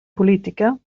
política